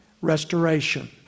restoration